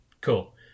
Cool